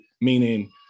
meaning